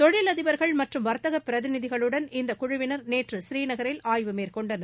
தொழிலதிபர்கள் மற்றும் வர்த்தக பிரதிநிதிகளுடன் இக்குழுவினர் நேற்று ப்ரீநகரில் ஆய்வு மேற்கொண்டனர்